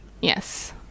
Yes